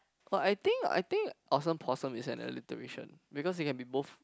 but I think I think awesome poems is alliteration because it can be moved